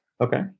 Okay